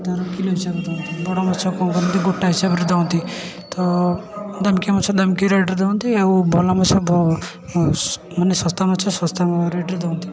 ତାର କିଲୋ ହିସାବରେ ଧରନ୍ତି ବଡ଼ ମାଛ କ'ଣ କରନ୍ତି ଗୋଟା ହିସାବରେ ଦଅନ୍ତି ତ ଦନକି ମାଛ ଦନକି ରେଟ୍ରେ ଦଅନ୍ତି ଆଉ ଭଲ ମାଛ ଭ ମାନେ ଶସ୍ତା ମାଛ ଶସ୍ତା ରେଟ୍ରେ ଦଅନ୍ତି